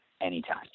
anytime